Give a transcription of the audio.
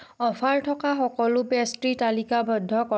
offer থকা সকলো pastry তালিকাবদ্ধ কৰা